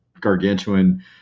gargantuan